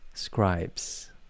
scribes